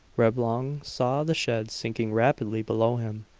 reblong saw the sheds sinking rapidly below him.